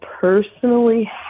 personally